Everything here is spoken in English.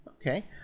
Okay